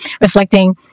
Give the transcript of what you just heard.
reflecting